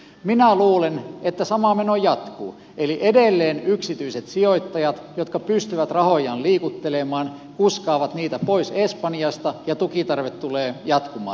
minä luulen että sama meno jatkuu eli edelleen yksityiset sijoittajat jotka pystyvät rahojaan liikuttelemaan kuskaavat niitä pois espanjasta ja tukitarve tulee jatkumaan